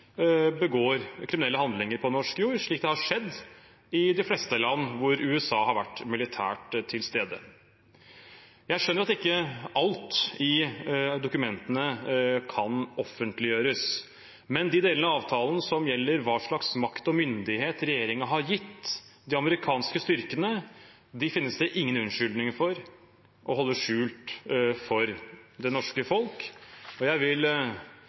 begår kriminelle handlinger på norsk jord, noe som har skjedd i de fleste land hvor USA har vært militært til stede. Jeg skjønner at ikke alt i dokumentene kan offentliggjøres, men de delene av avtalen som gjelder hva slags makt og myndighet regjeringen har gitt de amerikanske styrkene, finnes det ingen unnskyldninger for å holde skjult for det norske folk. Jeg vil